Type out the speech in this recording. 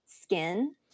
Skin